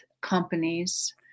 companies